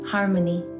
Harmony